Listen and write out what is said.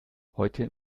heute